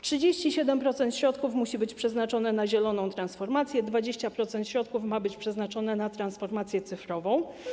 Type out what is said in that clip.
37% środków musi być przeznaczone na zieloną transformację, 20% środków ma być przeznaczone na transformację cyfrową.